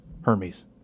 Hermes